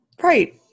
Right